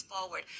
Forward